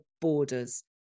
borders